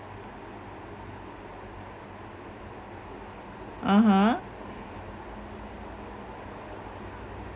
(uh huh)